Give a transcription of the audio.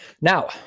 Now